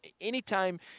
anytime